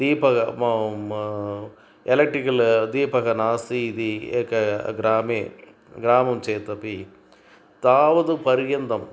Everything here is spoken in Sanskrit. दीपः म म एलक्ट्रिकल् दीपः नास्ति इति एके ग्रामे ग्रामं चेतपि तावद् पर्यन्तम्